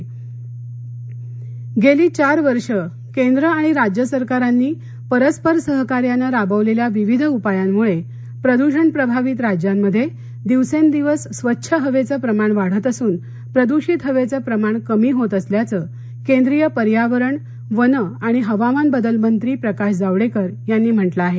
प्रदषण जावडेकर गेली चार वर्ष केंद्र आणि राज्य सरकारांनी परस्पर सहकार्याने राबवलेल्या विविध उपायांमुळे प्रदूषण प्रभावित राज्यांमध्ये दिक्सेंदिवस स्वच्छ हवेचं प्रमाण वाढत असून प्रदृषित हवेचं प्रमाण कमी होत असल्याचं केंद्रीय पर्यावरण वन आणि हवामान बदल मंत्री प्रकाश जावडेकर यांनी म्हंटल आहे